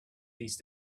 these